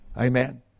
Amen